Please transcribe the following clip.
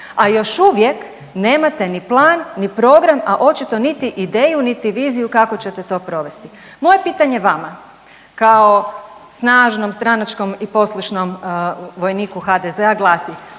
a još uvijek nemate ni plan, ni program, a očito niti ideju niti viziju kako ćete to provesti. Moje pitanje vama kao snažnom stranačkom i poslušnom vojniku HDZ-a glasi,